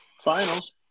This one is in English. finals